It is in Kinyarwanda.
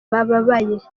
babaye